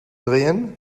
drehen